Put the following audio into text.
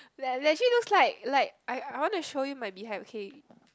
it legit looks like like I I wanna show you my beehive okay